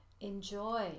enjoy